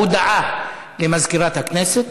הודעה למזכירת הכנסת.